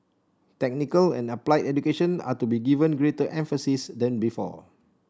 technical and applied education are to be given greater emphasis than before